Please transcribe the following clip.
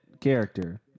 character